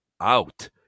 out